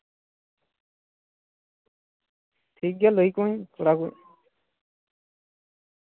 ᱴᱷᱤᱠᱜᱮᱭᱟ ᱞᱟᱹᱭᱟᱠᱚᱣᱟᱹᱧ ᱠᱚᱲᱟ ᱠᱚ